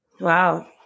Wow